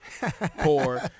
Poor